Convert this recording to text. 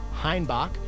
Heinbach